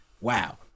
wow